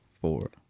four